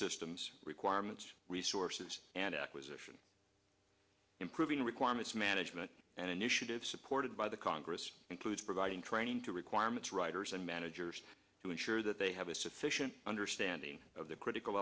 systems requirements resources and acquisition improving requirements management and initiatives supported by the congress includes providing training to requirements writers and managers to ensure that they have a sufficient understanding of the critical